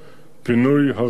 (פינוי הריסות).